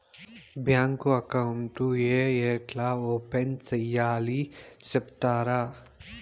Bank account ఏ ఎట్లా open సేయాలి సెప్తారా?